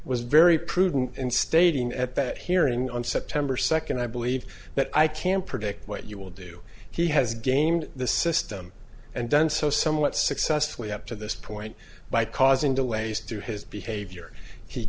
was very prudent in stating at that hearing on september second i believe that i can predict what you will do he has gamed the system and done so somewhat successfully up to this point by causing delays to his behavior he